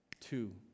Two